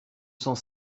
cent